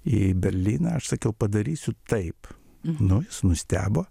į berlyną aš sakiau padarysiu taip nu jis nustebo